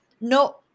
no